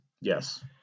yes